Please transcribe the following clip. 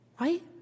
Right